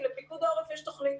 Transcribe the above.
כי לפיקוד העורף יש תוכנית.